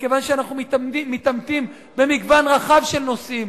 מכיוון שאנחנו מתעמתים במגוון רחב של נושאים.